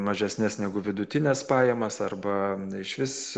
mažesnes negu vidutines pajamas arba išvis